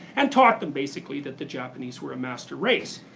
and taught them basically that the japanese were a master race,